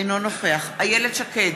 אינו נוכח איילת שקד,